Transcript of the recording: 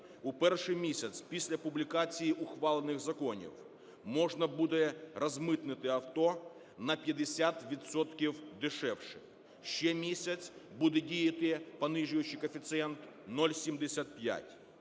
у перший місяць після публікації ухвалених законів можна буде розмитнити авто на 50 відсотків дешевше, ще місяць буде діяти понижуючий коефіцієнт – 0,75.